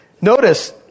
Notice